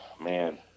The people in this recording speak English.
man